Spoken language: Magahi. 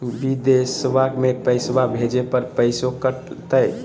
बिदेशवा मे पैसवा भेजे पर पैसों कट तय?